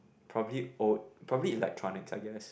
probably old probably electronics I guess